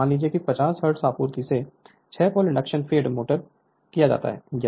मान लीजिए कि 50 हर्ट्ज आपूर्ति से 6 पोल इंडक्शन मोटर फीड किया जाता है